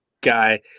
guy